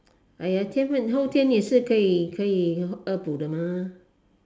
!aiya! 天分后天也是可以可以恶补的嘛